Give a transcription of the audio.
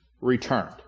returned